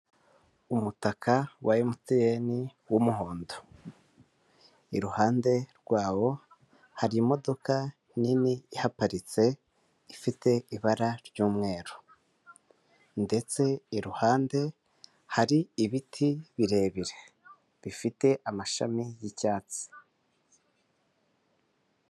Umutaka wa MTN w'umuhondo, iruhande rwawo hari imodoka nini ihaparitse ifite ibara ry'umweru ndetse iruhande hari ibiti birebire bifite amashami y'icyatsi.